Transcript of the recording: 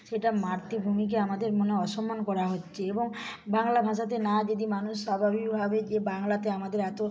সেটা মাতৃভূমিকে আমাদের মনে হয় অসম্মান করা হচ্ছে এবং বাংলা ভাষাতে না যদি মানুষ স্বাভাবিকভাবে যে বাংলাতে আমাদের এত